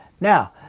Now